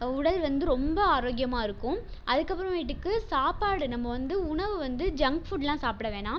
உடல் வந்து ரொம்ப ஆரோக்கியமாக இருக்கும் அதுக்கப்புறமேட்டுக்கு சாப்பாடு நம்ம வந்து உணவு வந்து ஜங்க் ஃபுட்லாம் சாப்பிட வேணாம்